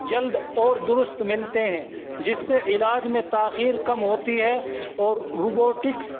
جلد اور درست ملتے ہیں جس سے علاج میں تاخیر کم ہوتی ہے اور روبوٹکس